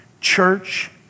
Church